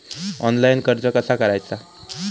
Online कर्ज कसा करायचा?